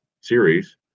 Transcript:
series